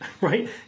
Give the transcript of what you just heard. right